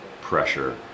pressure